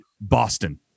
boston